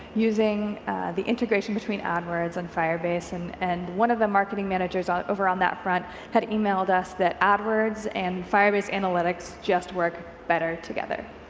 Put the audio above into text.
using the integration between adwords and firebase and and one of the marketing managers ah over on that front had e-mailed us that adwords and firebase analytics just work better together.